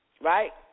right